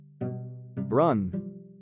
Run